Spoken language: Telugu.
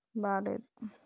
బాగాలేదు